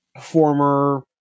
former